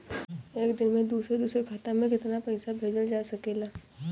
एक दिन में दूसर दूसर खाता में केतना पईसा भेजल जा सेकला?